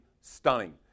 stunning